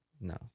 No